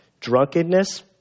drunkenness